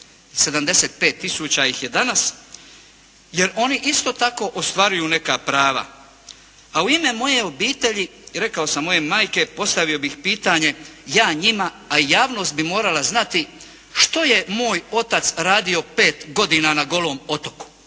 75 tisuća ih je danas, jer oni isto tako ostvaruju neka prava. Pa u ime moje obitelji, rekao sam moje majke, postavio pitanje ja njima, a javnost bi morala znati što je moj otac radio pet godina na Golom otoku